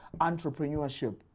entrepreneurship